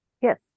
Yes